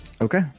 okay